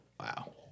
Wow